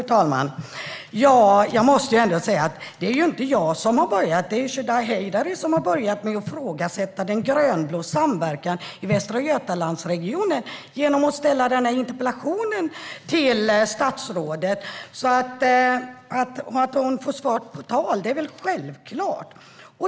Fru talman! Jag måste säga att det inte var jag som började. Det var Shadiye Heydari som började genom att ifrågasätta den grönblå samverkan i Västra Götalandsregionen när hon ställde den här interpellationen till statsrådet. Att hon får svar på tal är väl självklart.